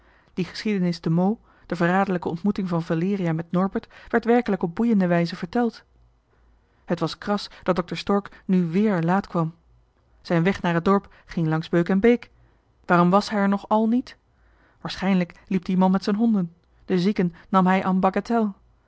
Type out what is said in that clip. die geschiedenis te meaux de verraderlijke ontmoeting van valeria met norbert werd werkelijk op boeiende wijze verteld het was kras dat dokter stork nu wéér laat kwam zijn weg naar het dorp ging langs beuk en beek waarom was hij er nog al niet waarschijnlijk liep die man met zijn honden de zieken nam hij